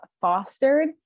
fostered